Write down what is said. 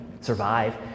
survive